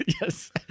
yes